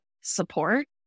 support